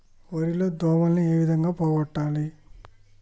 వరి లో దోమలని ఏ విధంగా పోగొట్టాలి?